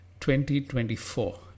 2024